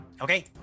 Okay